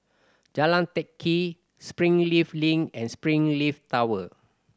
Jalan Teck Kee Springleaf Link and Springleaf Tower